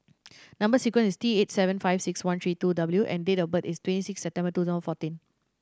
number sequence is T eight seven five six one three two W and date of birth is twenty six September two thousand fourteen